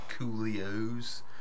coolios